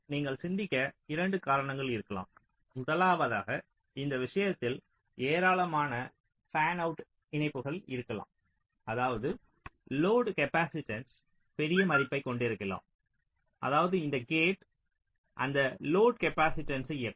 நீங்கள் சிந்திக்க 2 காரணங்கள் இருக்கலாம் முதலாவதாக இந்த விஷயத்தில் ஏராளமான ஃபேன்அவுட் இணைப்புகள் இருக்கலாம் அதாவது லோடு காப்பாசிட்டன்ஸ் பெரிய மதிப்பைக் கொண்டிருக்கலாம் அதாவது இந்த கேட் அந்த லோடு காப்பாசிட்டன்ஸ்சை இயக்கும்